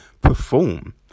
perform